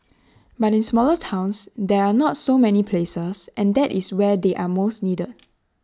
but in smaller towns there are not so many places and that is where they are most needed